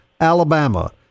Alabama